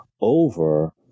over